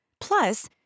Plus